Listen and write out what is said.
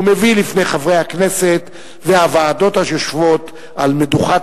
ומביא לפני חברי הכנסת והוועדות היושבות על מדוכת